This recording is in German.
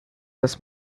das